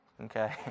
Okay